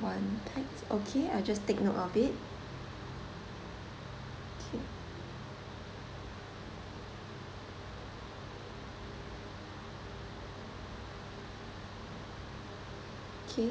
one type okay I just take note of it okay